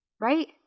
right